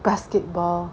basketball